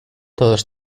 todos